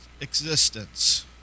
existence